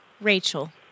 Rachel